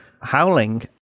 Howling